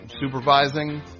supervising